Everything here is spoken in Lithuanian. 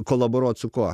kolaboruot su kuo